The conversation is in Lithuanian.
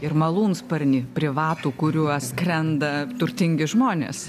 ir malūnsparnį privatų kuriuo skrenda turtingi žmonės